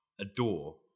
adore